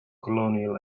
colonial